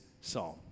psalm